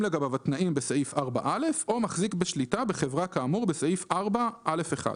לגביו התנאים בסעיף 4(א) או מחזיק בשליטה בחברה כאמור בסעיף 4(א1);";